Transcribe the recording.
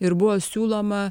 ir buvo siūloma